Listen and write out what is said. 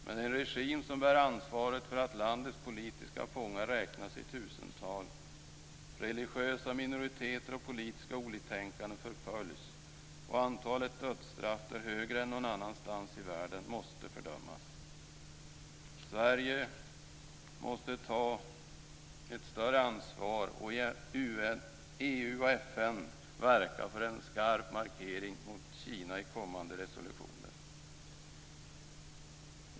Men en regim som bär ansvaret för att landets politiska fångar räknas i tusental, att religiösa minoriteter och politiska oliktänkande förföljs och att antalet dödsstraff är större än någon annanstans i världen måste fördömas. Sverige måste ta ett större ansvar och i EU och FN verka för en skarp markering mot Kina i kommande resolutioner.